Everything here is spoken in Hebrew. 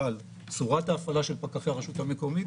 אבל צורת ההפעלה של פקחי הרשות המקומית